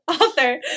Author